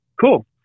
Cool